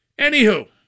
Anywho